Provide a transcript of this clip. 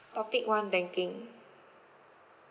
topic one banking